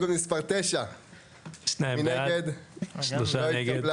2 נגד, 3 נמנעים, 0 הרביזיה לא התקבלה.